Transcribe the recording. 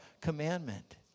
commandment